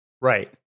Right